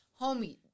Homie